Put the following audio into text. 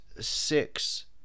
six